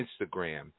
instagram